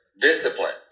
discipline